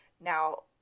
Now